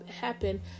happen